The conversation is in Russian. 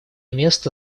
место